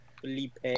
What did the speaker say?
Felipe